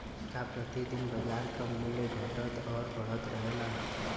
का प्रति दिन बाजार क मूल्य घटत और बढ़त रहेला?